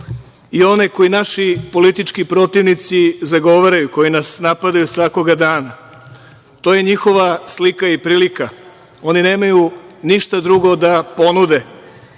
i one koju naši politički protivnici zagovaraju, koji nas napadaju svakoga dana. To je njihova slika i prilika. Oni nemaju ništa drugo da ponude.